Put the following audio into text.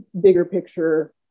bigger-picture